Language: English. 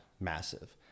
massive